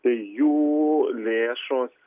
tai jų lėšos